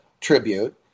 tribute